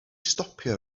stopio